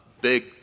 big